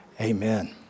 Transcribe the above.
amen